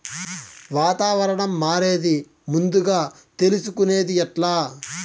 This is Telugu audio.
వాతావరణం మారేది ముందుగా తెలుసుకొనేది ఎట్లా?